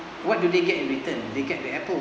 what do they get in return they get the apple